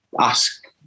ask